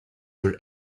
were